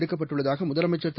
எடுக்கப்பட்டுள்ளதாகமுதலமைச்சர் திரு